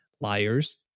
liars